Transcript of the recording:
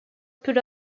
put